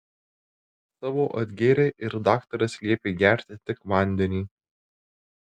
savo atgėrei ir daktaras liepė gerti tik vandenį